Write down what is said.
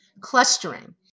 Clustering